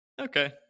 okay